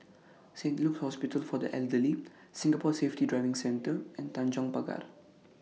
Saint Luke's Hospital For The Elderly Singapore Safety Driving Centre and Tanjong Pagar